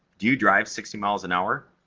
do you drive sixty miles an hour?